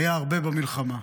היה הרבה במלחמה,